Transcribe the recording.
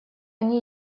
они